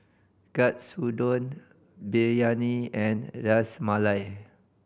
Katsudon Biryani and Ras Malai